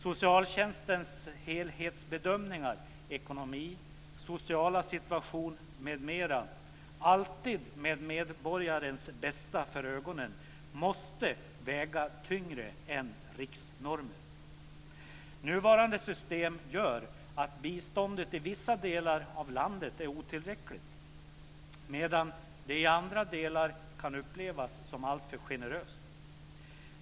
Socialtjänstens helhetsbedömningar, alltid med medborgarens bästa för ögonen, när det gäller ekonomi, social situation m.m. måste väga tyngre än riksnormer. Nuvarande system gör att biståndet i vissa delar av landet är otillräckligt medan det i andra delar kan upplevas som alltför generöst.